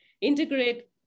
integrate